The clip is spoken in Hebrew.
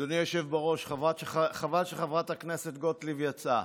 אדוני היושב בראש, חבל שחברת הכנסת גוטליב יצאה.